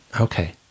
okay